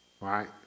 Right